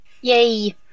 Yay